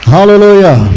Hallelujah